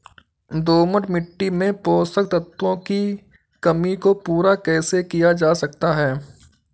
दोमट मिट्टी में पोषक तत्वों की कमी को पूरा कैसे किया जा सकता है?